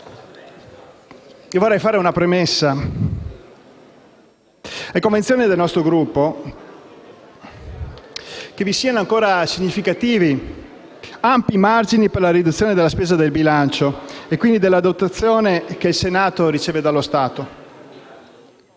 vorrei fare una premessa. È convinzione del nostro Gruppo che vi siano ancora significativi e ampi margini per la riduzione della spesa nel bilancio e quindi della dotazione che il Senato riceve dallo Stato.